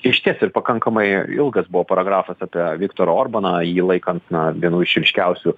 išties ir pakankamai ilgas buvo paragrafas apie viktorą orbaną jį laikant na vienu iš ryškiausių